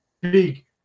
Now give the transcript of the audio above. big